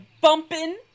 bumping